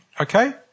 okay